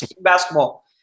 basketball